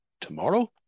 tomorrow